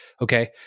okay